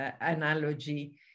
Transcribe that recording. analogy